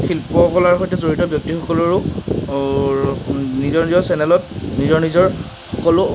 শিল্পকলাৰ সৈতে জড়িত ব্যক্তিসকলৰো নিজৰ নিজৰ চেনেলত নিজৰ নিজৰ সকলো